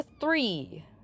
three